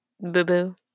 boo-boo